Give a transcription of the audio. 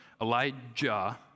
elijah